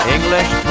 English